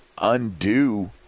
undo